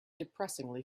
depressingly